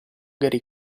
gary